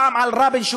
פעם על רבין,